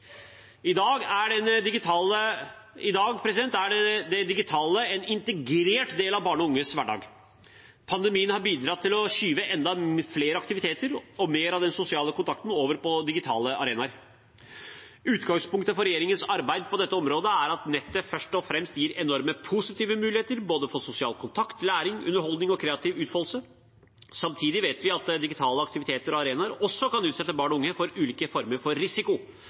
I dag er det digitale en integrert del av barn og unges hverdag. Pandemien har bidratt til å skyve enda flere aktiviteter og mer av den sosiale kontakten over på digitale arenaer. Utgangspunktet for regjeringens arbeid på dette området er at nettet først og fremst gir enorme positive muligheter – for både sosial kontakt, læring, underholdning og kreativ utfoldelse. Samtidig vet vi at digitale aktiviteter og arenaer også kan utsette barn og unge for ulike former for risiko.